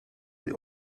sie